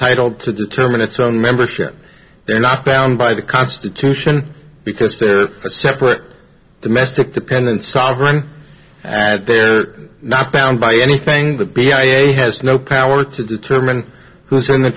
entitle to determine its own membership they're not bound by the constitution because they're a separate domestic dependent sovereign and they're not bound by anything the b s a has no power to determine who is in the